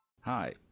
Hi